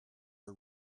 are